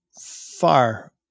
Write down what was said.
far